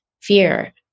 fear